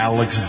Alex